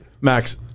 Max